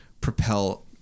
propel